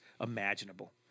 imaginable